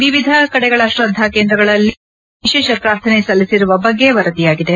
ವಿವಿಧ ಕಡೆಗಳ ಶ್ರದ್ದಾ ಕೇಂದ್ರಗಳಲ್ಲಿ ಮಳೆಗಾಗಿ ವಿಶೇಷ ಪ್ರಾರ್ಥನೆ ಸಲ್ಲಿಸಿರುವ ಬಗ್ಗೆ ವರದಿಯಾಗಿದೆ